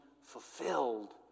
fulfilled